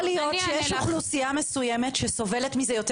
יכול להיות שיש אוכלוסייה מסוימת שסובלת מזה יורת